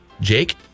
Jake